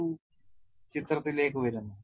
12 ചിത്രത്തിലേക്ക് വരുന്നു